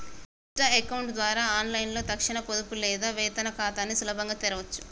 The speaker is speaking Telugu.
ఇన్స్టా అకౌంట్ ద్వారా ఆన్లైన్లో తక్షణ పొదుపు లేదా వేతన ఖాతాని సులభంగా తెరవచ్చు